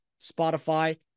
Spotify